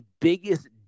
biggest